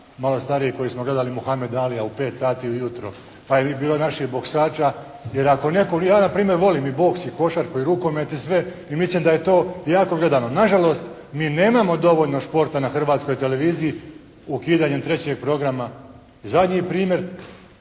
malo stariji koji smo gledali Muhamed Alija u pet sati ujutro. Pa je bilo i naših boksača gdje, jer ako je, ja na primjer volim i boks i košarku i rukomet i sve i mislim da je to jako gledano. Nažalost, mi nemamo dovoljno športa na Hrvatskoj televiziji, ukidanjem trećeg programa. Zadnji primjer